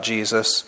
Jesus